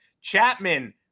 Chapman